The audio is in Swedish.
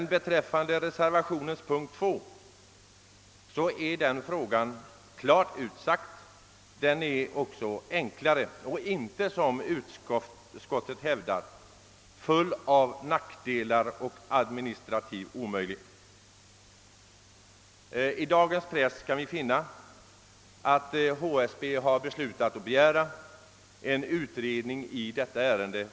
I yrkandet under reservationens punkt nr 2 är detta emellertid klart utsagt. Denna fråga är också mycket enklare, och förslaget innehåller inte, som utskottet hävdar, en mängd nackdelar, och det är heller inte administrativt omöjligt att genomföra. I dagens tidningar kan vi läsa att HSB beslutat att hos finansdepartementet begära en utredning av denna fråga.